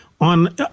on